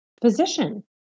physician